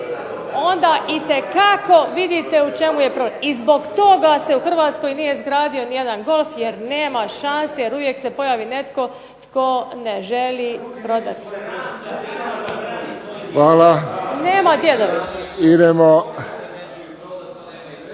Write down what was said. onda itekako vidite u čemu je problem. I zbog toga se u Hrvatskoj nije izgradio nijedan golf jer nema šanse jer uvijek se pojavi netko tko ne želi prodati. **Friščić,